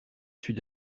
suis